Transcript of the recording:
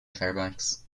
fairbanks